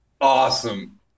Awesome